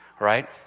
right